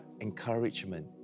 encouragement